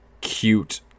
cute